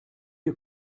you